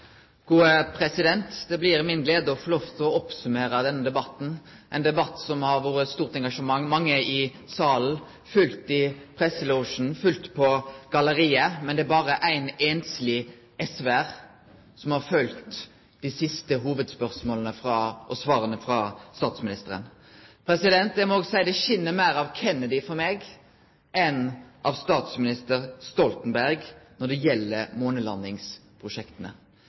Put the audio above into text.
Det blir mi glede å få lov til å oppsummere denne debatten, ein debatt som har vore prega av eit stort engasjement. Det er mange i salen, fullt i presselosjen og fullt på galleriet, men det er berre ein einsleg SV-ar som har følgt dei siste hovudspørsmåla og svara frå statsministeren. Eg må òg seie at det skin meir av Kennedy for meg enn av statsminister Stoltenberg når det gjeld månelandingsprosjekta.